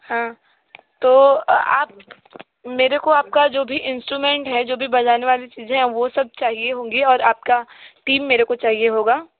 हाँ तो आप मेरे को आपका जो भी इन्स्ट्रुमेंट है जो भी बजाने वाली चीज़ें हैं वो सब चाहिए होंगी और आपकी टीम मेरे को चाहिए होगा